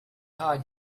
hard